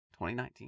2019